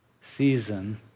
season